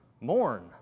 mourn